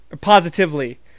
positively